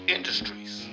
Industries